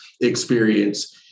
experience